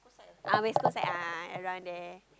ah West-Coast-Sec ah around there